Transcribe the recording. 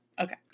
Okay